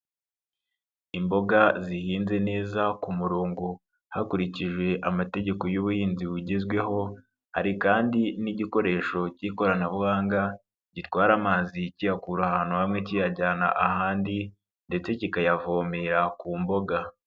Imboga zihinze neza ku murongo hakurikijwe amategeko y'ubuhinzi bugezweho, hari kandi n'igikoresho cy'ikoranabuhanga, gitwara amazi kiyakura ahantu hamwe kiyajyana ahandi ndetse kikayavomera ku mboga.